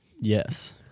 Yes